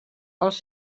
els